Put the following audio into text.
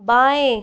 बाएँ